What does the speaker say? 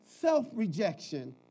self-rejection